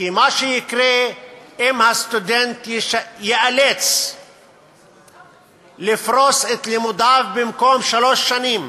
כי מה שיקרה אם הסטודנט ייאלץ לפרוס את לימודיו במקום על שלוש שנים